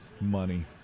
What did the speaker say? money